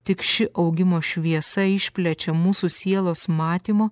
tik ši augimo šviesa išplečia mūsų sielos matymo